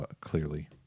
clearly